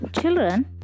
Children